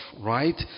right